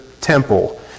temple